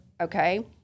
okay